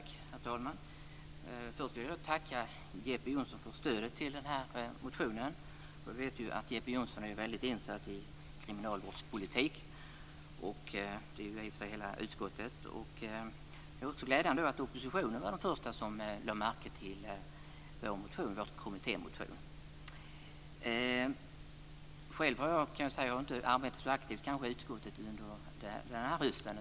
Herr talman! Först vill jag tacka Jeppe Johnsson för stödet till motionen. Vi vet att Jeppe Johnsson är väldigt insatt i kriminalvårdspolitik, och det är i och för sig hela utskottet. Det är också glädjande att oppositionen var den första som lade märke till vår kommittémotion. Själv har jag inte arbetat så aktivt i utskottet under den här hösten.